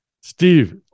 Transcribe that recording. Steve